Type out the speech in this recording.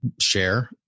share